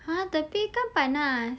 tapi kan panas